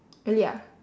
really ah